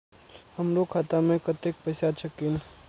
हमरो खाता में कतेक पैसा छकीन?